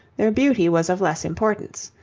their beauty was of less importance.